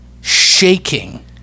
Shaking